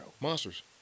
Monsters